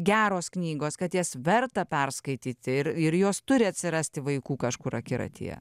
geros knygos kad jas verta perskaityti ir ir jos turi atsirasti vaikų kažkur akiratyje